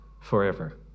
forever